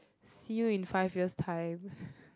see you in five years time